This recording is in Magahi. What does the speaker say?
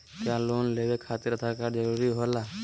क्या लोन लेवे खातिर आधार कार्ड जरूरी होला?